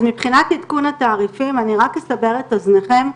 אז מבחינת עדכון התעריפים אני רק אסבר את אוזניכם.